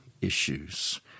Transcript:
issues